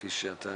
כפי שאתה,